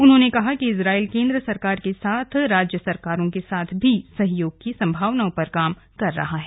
उन्होंने कहा कि इजरायल केंद्र सरकार के साथ राज्य सरकारों के साथ भी सहयोग की सम्भावनाओं पर काम कर रहा है